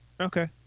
Okay